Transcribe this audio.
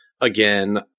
again